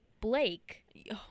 Blake